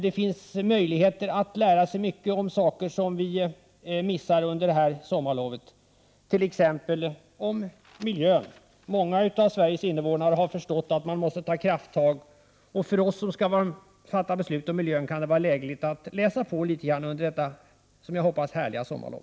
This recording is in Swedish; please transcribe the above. Det finns möjligheter att under detta sommarlov lära sig mycket om saker som vi har missat, t.ex. om miljön. Många av Sveriges invånare har förstått att man måste ta krafttag. För oss som skall fatta beslut om miljön kan det vara lägligt att läsa på litet under detta, som jag hoppas, härliga sommarlov.